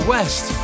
West